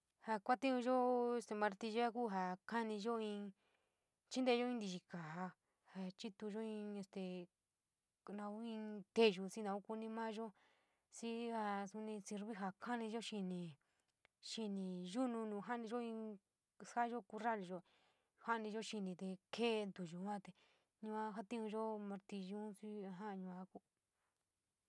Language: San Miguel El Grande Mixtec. Ja kuantiunyo martillo ja kaniiyo in chinteyo in tiyi kaa ia chitouyo in este ponu in noyo in mou kuni mayo xii a soo; sinue ja kaniiyo xii yuu io soo jantiino no saaiya kunetilyo, janio te kee tuyo yua te yua jatinujo martillu xii ia ja yua ku.